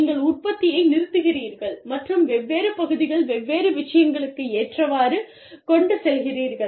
நீங்கள் உற்பத்தியை நிறுத்துகிறீர்கள் மற்றும் வெவ்வேறு பகுதிகள் வெவ்வேறு விஷயங்களுக்கு ஏற்றவாறு கொண்டு செல்கிறீர்கள்